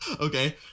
Okay